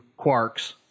quarks